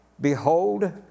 Behold